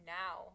now